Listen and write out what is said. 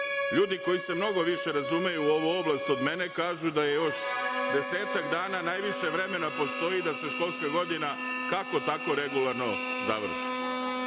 Ljudi koji se mnogo više razumeju u ovu oblast od mene kažu da je još desetak dana najviše vremena postoji da se školska godina kako tako regularno završi. Ako